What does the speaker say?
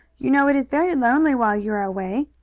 you know it is very lonely while you are away.